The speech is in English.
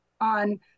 on